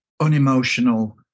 unemotional